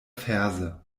ferse